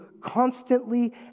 constantly